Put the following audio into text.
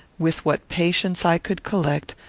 with what patience i could collect,